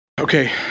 Okay